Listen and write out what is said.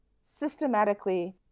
systematically